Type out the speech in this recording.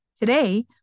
Today